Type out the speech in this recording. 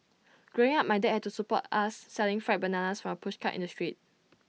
growing up my dad had to support us selling fried bananas from A pushcart in the street